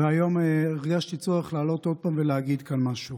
והיום הרגשתי צורך לעלות עוד פעם ולהגיד כאן משהו.